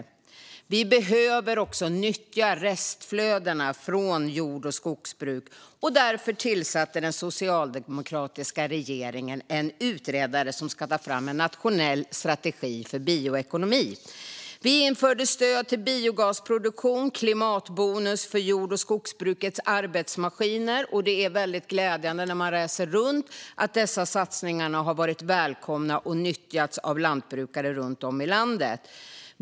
Vi behöver också nyttja restflödena från jord och skogsbruk. Därför tillsatte den socialdemokratiska regeringen en utredare som ska ta fram en nationell strategi för bioekonomi. Vi införde stöd till biogasproduktion och klimatbonus för jord och skogsbrukets arbetsmaskiner. Det är väldigt glädjande att se när man reser runt att dessa satsningar har varit välkomna och nyttjats av lantbrukare runt om i landet.